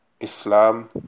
Islam